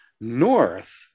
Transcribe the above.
north